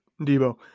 Debo